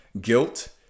guilt